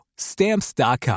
Stamps.com